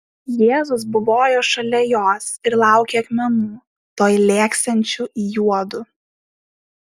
jėzus buvojo šalia jos ir laukė akmenų tuoj lėksiančių į juodu